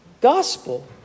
gospel